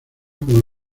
como